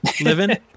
Living